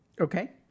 Okay